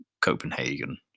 Copenhagen